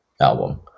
album